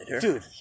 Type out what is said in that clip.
Dude